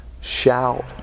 shout